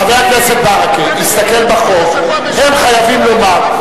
חבר הכנסת ברכה, הסתכל בחוק, הם חייבים לומר.